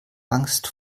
angst